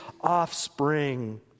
offspring